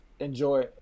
enjoy